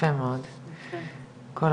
יפה מאוד כל הכבוד,